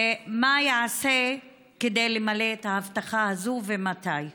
2. מה ייעשה כדי למלא ההבטחה הזו, ומתי?